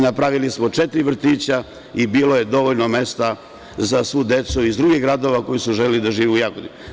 Napravili smo četiri vrtića i bilo je dovoljno mesta za svu decu iz drugih gradova koji su želeli da žive u Jagodini.